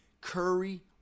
Curry